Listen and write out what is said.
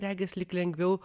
regis lyg lengviau